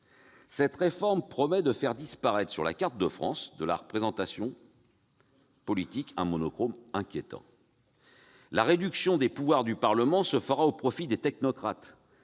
Cette réforme promet de faire apparaître sur la carte de France de la représentation politique un monochrome inquiétant ! La réduction des pouvoirs du Parlement se fera au profit des technocrates,